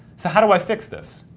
so how do i fix this?